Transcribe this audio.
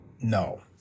no